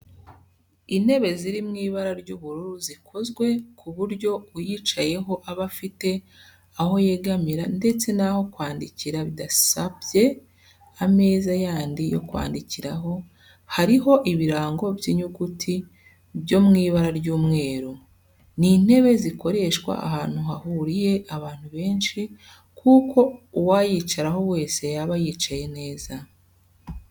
Intebe ziri mu ibara ry'ubururu zikozwe ku buryo uyicayeho aba afite aho yegamira ndetse n'aho kwandikira bidasabye ameza yandi yo kwandikiraho, hariho ibirango by'inyuguti byo mu ibara ry'umweru. Ni intebe zakoreshwa ahantu hahuriye abantu benshi kuko uwayicaraho wese yaba yicaye neza.